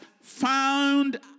found